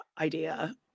idea